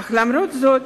אך למרות זאת